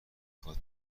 خواد